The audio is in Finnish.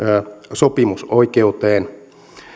sopimusoikeuteen